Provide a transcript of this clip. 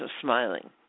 smiling